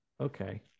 okay